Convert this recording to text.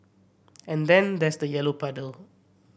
and then there's the yellow puddle